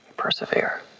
persevere